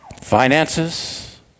Finances